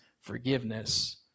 forgiveness